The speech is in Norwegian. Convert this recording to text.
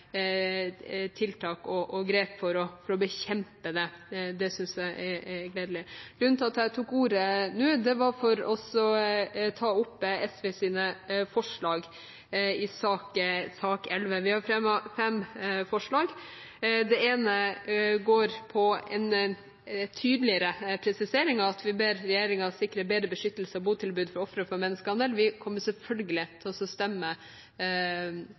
tiltak og grep for å bekjempe det. Det synes jeg er gledelig. Grunnen til at jeg tok ordet nå, var at jeg vil ta opp SVs forslag i sak nr. 11. Vi har fremmet fem forslag. Det ene er en tydeligere presisering: «Stortinget ber regjeringen sikre bedre beskyttelse og botilbud for ofre for menneskehandel.» Vi kommer selvfølgelig til å stemme for innstillingen hvis ikke dette forslaget får flertall, og